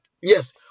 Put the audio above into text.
yes